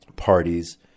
parties